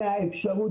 אלא האפשרות,